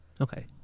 Okay